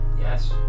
Yes